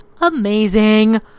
amazing